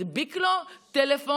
מדביק לו טלפון,